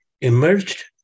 emerged